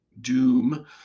doom